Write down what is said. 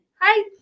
Hi